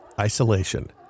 Isolation